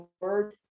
word